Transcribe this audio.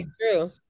True